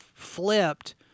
Flipped